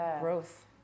growth